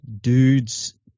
dudes